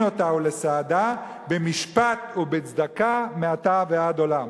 אתה ולסעדה במשפט ובצדקה מעתה ועד עולם".